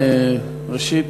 ראשית,